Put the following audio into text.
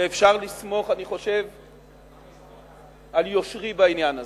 ואני חושב שאפשר לסמוך על יושרי בעניין הזה,